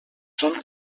són